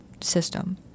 system